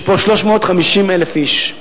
יש פה 350,000 איש,